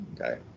Okay